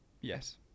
yes